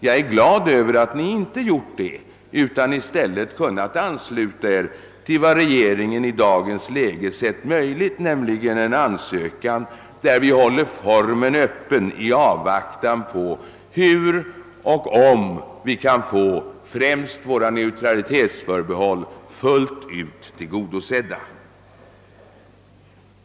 Jag är glad över att ni inte gjort det utan i stället kunnat ansluta er till vad regeringen i dagens läge ansett vara möjligt, nämligen en ansökan, vari vi håller formen för en anslutning Öppen i avvaktan på besked, huruvida vi kan få våra neutralitetsförbehåll fullt ut tillgodosedda.